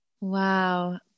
Wow